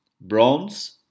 bronze